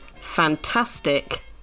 fantastic